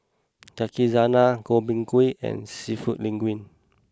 Yakizakana Gobchang Gui and Seafood Linguine